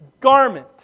garment